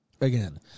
again